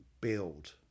build